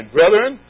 Brethren